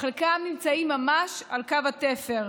שחלקם נמצאים ממש על קו התפר,